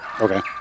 Okay